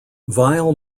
vile